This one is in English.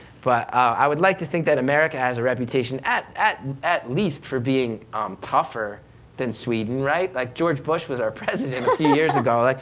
but i would like to think that america has a reputation at at and least for being tougher than sweden right? like george bush was our president a few years ago, like